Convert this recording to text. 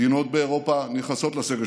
מדינות באירופה נכנסות לסגר.